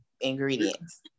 ingredients